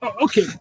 Okay